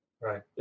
Right